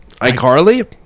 iCarly